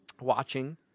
Watching